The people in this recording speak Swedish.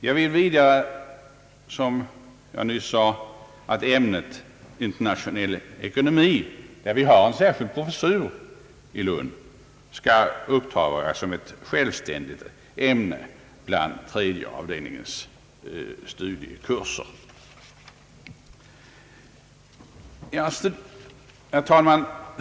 Jag vill vidare, som jag nyss sade, att ämnet internationell ekonomi — i vilket särskild professur finns i Lund — skall upptas som ett självständigt ämne bland iredje avdelningens studiekurser. Herr talman!